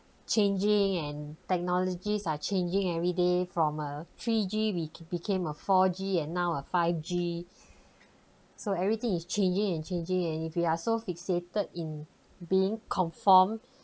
changing and technologies are changing every day from a three g became became a four g now a five g so everything is changing and changing and if we are so fixated in being conformed